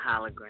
hologram